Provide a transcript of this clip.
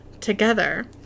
together